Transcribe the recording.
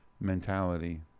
mentality